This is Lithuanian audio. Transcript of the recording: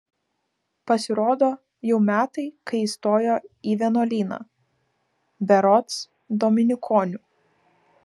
pasirodo jau metai kai įstojo į vienuolyną berods dominikonių